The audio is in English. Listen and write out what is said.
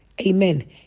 Amen